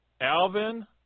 Alvin